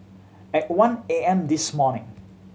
at one A M this morning